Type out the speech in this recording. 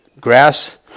grass